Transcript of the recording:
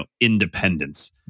independence